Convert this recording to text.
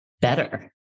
better